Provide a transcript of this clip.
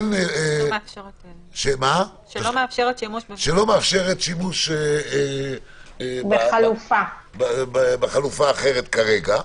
שלא מאפשרת שימוש בחלופה אחרת כרגע.